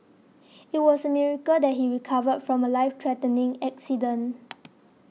it was a miracle that he recovered from the Life threatening accident